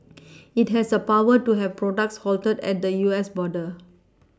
it has the power to have products halted at the U S border